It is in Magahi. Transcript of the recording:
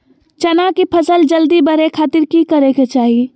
चना की फसल जल्दी बड़े खातिर की करे के चाही?